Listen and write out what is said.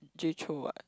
Jay-Chou what